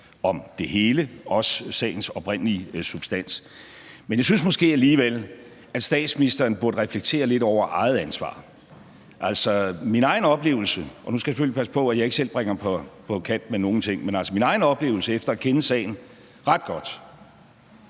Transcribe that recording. om det hele, også sagens oprindelige substans. Men jeg synes måske alligevel, at statsministeren burde reflektere lidt over eget ansvar. Altså, min egen oplevelse – og nu skal jeg selvfølgelig passe på, at jeg ikke selv bringer mig på kant med nogen ting – efter at kende sagen ret godt